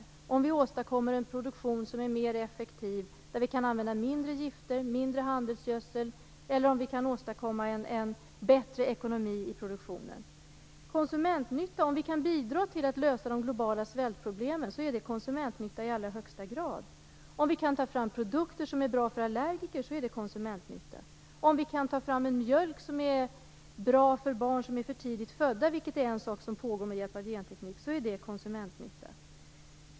Det kan ske om vi åstadkommer en produktion som är mer effektiv där vi kan använda mindre gifter, mindre handelsgödsel eller kan åstadkomma en bättre ekonomi i produktionen. Om vi kan bidra till att lösa de globala svältproblemen är det i allra högsta grad konsumentnytta. Om vi kan ta fram produkter som är bra för allergiker är det konsumentnytta. Om vi kan ta fram en mjölk som är bra för barn som är för tidigt födda, vilket är en sak som pågår med hjälp av genteknik, är det konsumentnytta.